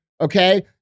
okay